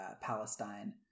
Palestine